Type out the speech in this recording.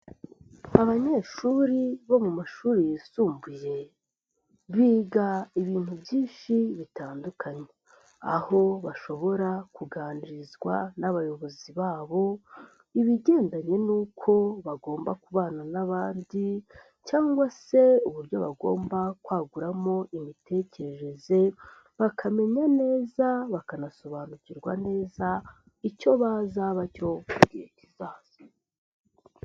Abanyeshuri bo mu mashuri yisumbuye biga ibintu byinshi bitandukanye, aho bashobora kuganirizwa n'abayobozi babo, ibigendanye n'uko bagomba kubana n'abandi cyangwa se uburyo bagomba kwaguramo imitekerereze, bakamenya neza bakanasobanukirwa neza icyo bazaba cyo mu gihe kizaza.